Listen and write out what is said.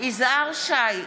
יזהר שי,